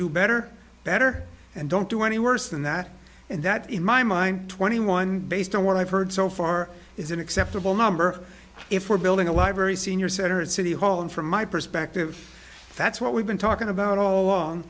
do better better and don't do any worse than that and that in my mind twenty one based on what i've heard so far is an acceptable number if we're building a library senior center at city hall and from my perspective that's what we've been talking about all